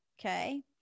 okay